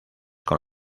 con